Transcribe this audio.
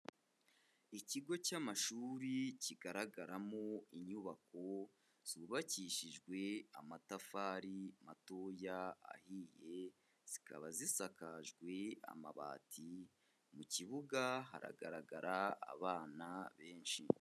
Ikigo cy'amashuri kigaragaramo inyubako zubakishijwe amatafari matoya ahiye, zikaba zisakajwe amabati, mu kibuga haragaragara abana benshi.